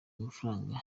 mafaranga